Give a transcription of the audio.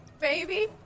Baby